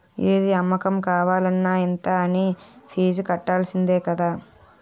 ఏది అమ్మకం కావాలన్న ఇంత అనీ ఫీజు కట్టాల్సిందే కదా